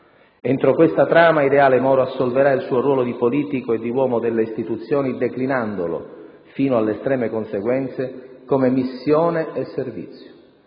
Entro questa trama ideale Moro assolverà il suo ruolo di politico e di uomo delle istituzioni declinandolo, fino alle estreme conseguenze, come missione e servizio.